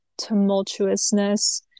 tumultuousness